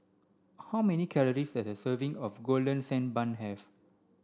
how many calories does a serving of golden sand bun have